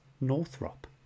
Northrop